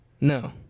No